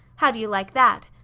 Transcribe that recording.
how do you like that?